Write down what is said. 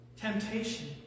temptation